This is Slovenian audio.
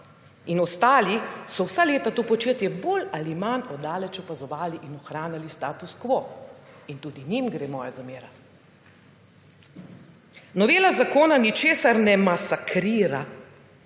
in ostali so vsa leta to početje bolj ali manj od daleč opazovali in ohranjali status quo in tudi njim gre moja zamera. Novela zakona ničesar ne masakrira,